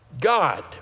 God